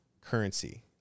currency